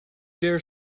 dare